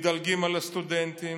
מדלגים על הסטודנטים.